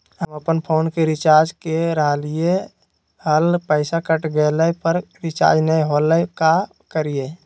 हम अपन फोन के रिचार्ज के रहलिय हल, पैसा कट गेलई, पर रिचार्ज नई होलई, का करियई?